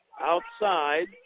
outside